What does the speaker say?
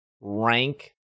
rank